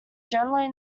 generally